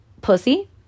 pussy